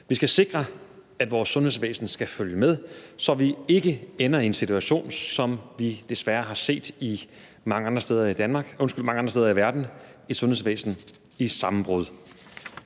Vi skal sikre, at vores sundhedsvæsen kan følge med, så vi ikke ender i en situation, som vi desværre har set mange andre steder i verden, med et sundhedsvæsen i sammenbrud.